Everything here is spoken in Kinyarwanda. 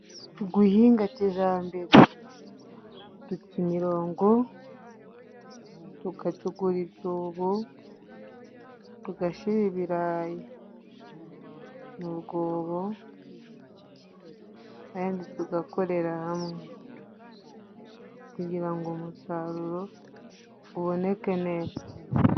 Guhinga kijambere duca imirongo, tugacukura icobo, tugashira ibirayi mu rwobo kandi tugakorera hamwe kugira ngo umusaruro uboneke neza.